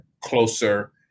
closer